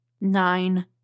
nine